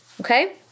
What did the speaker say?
okay